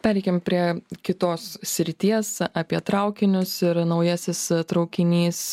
pereikim prie kitos srities apie traukinius ir naujasis traukinys